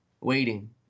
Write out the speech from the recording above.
Waiting